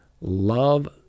love